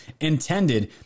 intended